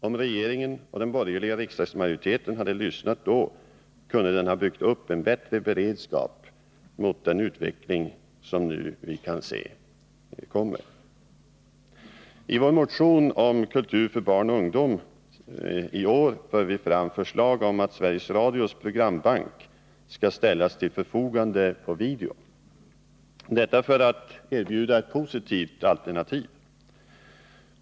Om regeringen och den borgerliga riksdagsmajoriteten hade lyssnat då, kunde de ha byggt upp en bättre beredskap mot den utveckling som vi nu kan se kommer. I vår motion om kultur för barn och ungdom i år för vi fram förslag om att Sveriges Radios programbank skall ställas till förfogande för video; detta för att erbjuda ett positivt alternativ.